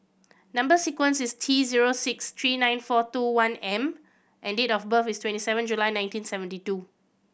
number sequence is T zero six three nine four two one M and date of birth is twenty seven July nineteen seventy two